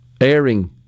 airing